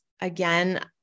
again